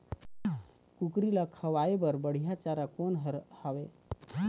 कुकरी ला खवाए बर बढीया चारा कोन हर हावे?